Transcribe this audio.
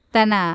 Tana